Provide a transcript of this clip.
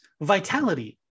vitality